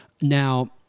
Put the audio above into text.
Now